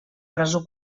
presó